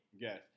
Yes